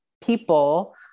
people